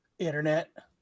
internet